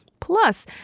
Plus